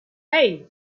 hey